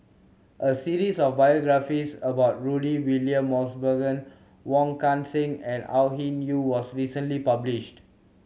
a series of biographies about Rudy William Mosbergen Wong Kan Seng and Au Hing Yee was recently published